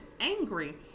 Angry